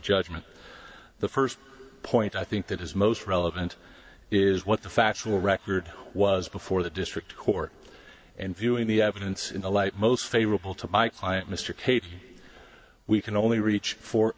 judgment the first point i think that is most relevant is what the factual record was before the district court and viewing the evidence in the light most favorable to my client mr case we can only reach for